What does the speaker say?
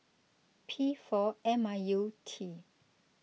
P four M I U T